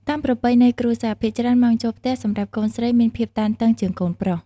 តាមប្រពៃណីគ្រួសារ ភាគច្រើនម៉ោងចូលផ្ទះសម្រាប់កូនស្រីមានភាពតឹងរឹងជាងកូនប្រុស។